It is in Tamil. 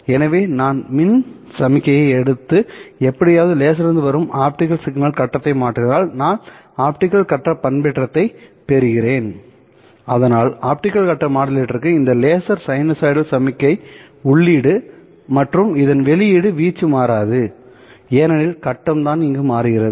எனவே நான் மின் சமிக்ஞையை எடுத்து எப்படியாவது லேசரிலிருந்து வரும் ஆப்டிகல் சிக்னல் கட்டத்தை மாற்றினால் நான் ஆப்டிகல் கட்ட பண்பேற்றத்தைப் பெறுகிறேன்அதனால் ஆப்டிகல் கட்ட மாடுலேட்டருக்கு இந்த லேசர் சைனூசாய்டல் சமிக்ஞை உள்ளீடு மற்றும் இதன் வெளியீடு வீச்சு மாறாது ஏனெனில் கட்டம் தான் இங்கு மாறுகிறது